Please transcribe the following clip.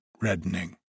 reddening